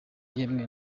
yemwe